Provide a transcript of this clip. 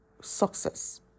success